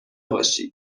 باشی